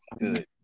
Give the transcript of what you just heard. Good